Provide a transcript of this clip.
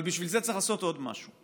אבל בשביל זה צריך לעשות עוד משהו,